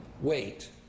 wait